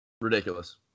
ridiculous